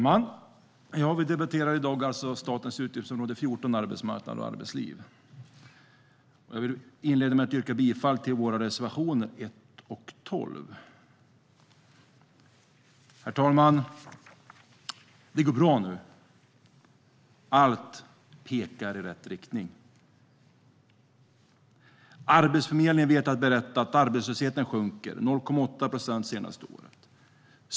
Herr talman! Vi debatterar nu statens utgiftsområde 14 om arbetsmarknad och arbetsliv, och jag inleder med att yrka bifall till våra reservationer 1 och 12. Herr talman! Det går bra nu. Allt pekar i rätt riktning. Arbetsförmedlingen vet att berätta att arbetslösheten sjunker - 0,8 procent det senaste året.